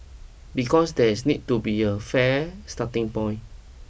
because there is need to be a fair starting point